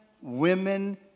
women